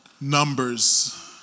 numbers